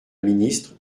ministre